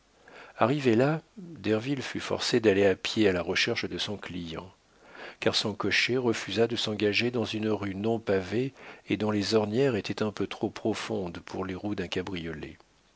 arrivé là derville fut forcé d'aller à pied à la recherche de son client car son cocher refusa de s'engager dans une rue non pavée et dont les ornières étaient un peu trop profondes pour les roues d'un cabriolet